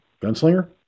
Gunslinger